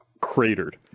cratered